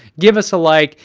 give us a like,